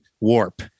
warp